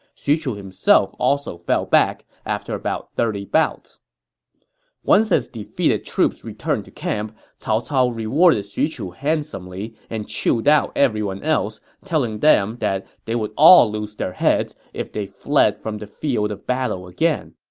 xu chu himself also fell back after about thirty bouts once his defeated troops returned to camp, cao cao rewarded xu chu handsomely and chewed out everyone else, telling them that they would all lose their heads if they fled from the field of battle again.